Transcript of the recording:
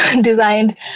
designed